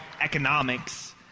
economics